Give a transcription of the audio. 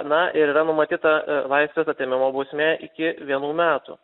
na ir yra numatyta laisvės atėmimo bausmė iki vienų metų